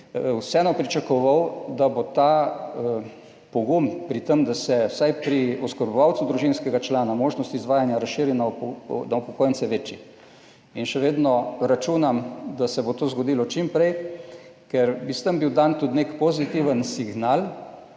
vseeno pričakoval, da bo ta pogum pri tem, da se vsaj pri oskrbovancu družinskega člana možnost izvajanja razširi na upokojence večji. In še vedno računam, da se bo to zgodilo čim prej, ker bi s tem bil dan tudi nek pozitiven signal,